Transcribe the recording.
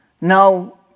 No